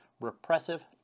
repressive